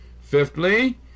Fifthly